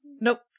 nope